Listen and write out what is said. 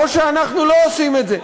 או שאנחנו לא עושים את זה.